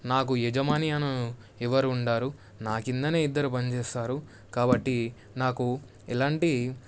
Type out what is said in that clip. నాకు యజమాని అని ఎవరు ఉండరు నాకిందనే ఇద్దరు పని చేస్తారు కాబట్టి నాకు ఎలాంటి